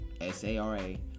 S-A-R-A